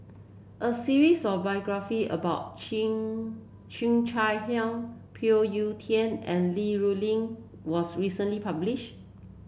a series of biography about Cheo Cheo Chai Hiang Phoon Yew Tien and Li Rulin was recently published